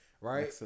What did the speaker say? right